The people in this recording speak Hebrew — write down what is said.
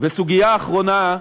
וסוגיה אחרונה,